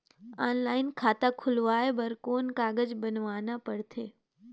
Online खाता खुलवाय बर कौन कागज बनवाना पड़थे?